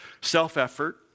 self-effort